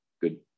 good